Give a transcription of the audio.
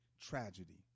tragedy